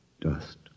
dust